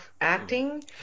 acting